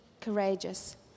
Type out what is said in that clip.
courageous